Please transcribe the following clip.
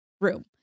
room